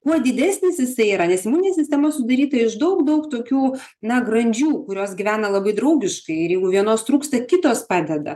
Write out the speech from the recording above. kuo didesnis jisai yra nes imuninė sistema sudaryta iš daug daug tokių na grandžių kurios gyvena labai draugiškai ir jeigu vienos trūksta kitos padeda